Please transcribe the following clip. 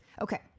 Okay